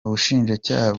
ubushinjacyaha